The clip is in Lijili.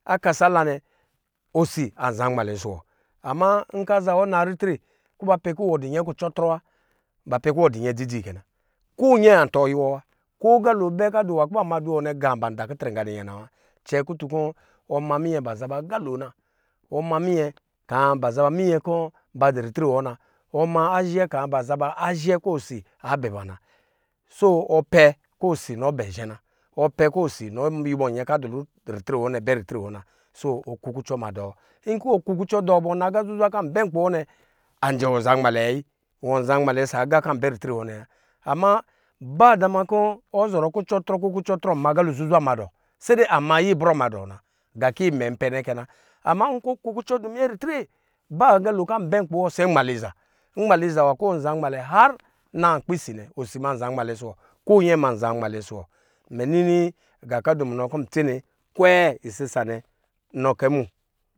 Akasa la nɛ osi aza nmalɛ ɔsɔ wɔ ama nkɔ aza wɔ anaa ritre kɔ bapɛ kɔ wɔ du nyɛ kucɔ trɔ wa ba pɛ kɔ wɔ du nyɛ dzi dzi kɛ na ko nyɛ atɔ nyi wɔ wa ko agalo abɛ kɔ ba ma duwɔ nɛ gaa ban daki trɛ munɔ wa cɛkutun kɔ ɔma minyɛ baza ba aga lo na ɔma minyɛ kaa ba za ba minyɛ kɔ ba du ritre wɔ na ɔma azhɛ kaa ba za ba azhɛ kɔ osi abɛ bɛ ba na so ɔpɛ kɔ osi nɔ bɛ ba na ɔpɛ kɔ osi nɔ wuyɔ nyɛ kɔ adu bɔ ritre wɔ nɛ bɛ nɔ ritre wɔ na so ɔkukucɔ ma dɔɔ inkɔ wɔ kukucɔ dɔ bɔ nɔ aga zuzwa kɔ anbɛ ritre wɔ nɛ anjɛ wɔ zan malɛ wayi wɔn zamma lɛ ɔsɔ aga kɔ ambɛ ritre wɔ nɛ wa, am ba dama kɔ ɔzɔrɔ kucɔtrɔ kɔ kucɔ trɔ zɔrɔ zuzwa madɔ sede ama ayɛ brɔ madɔ na aga kɔ iwɛ npɛ nɛ kɛ na ama nkɔ ɔ kukucɔ du minyɛ ritre ba aga lo kɔ anbɛ nkpi, wɔ se nmaliza maliza nwa kɔ wɔn zanmɛlɛ har na nkpi si nɛ osi ma anza nmalɛ ɔsɔ wɔ konyɛ anza nmalɛ ɔsɔ wɔ mɛ nini nga kɔ ndu nunɔ kɔ ntsene kwɛ isisa nɛ nɔ kɛ mu.